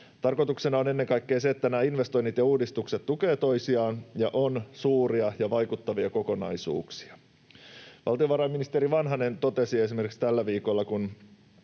Tarkoituksena on ennen kaikkea se, että nämä investoinnit ja uudistukset tukevat toisiaan ja ovat suuria ja vaikuttavia kokonaisuuksia. Valtiovarainministeri Vanhanen totesi esimerkiksi tällä viikolla,